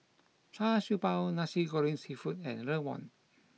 Char Siew Bao Nasi Goreng Seafood and Rawon